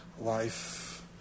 life